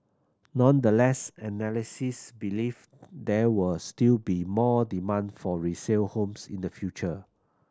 nonetheless analysts believe there will still be more demand for resale homes in the future